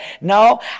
No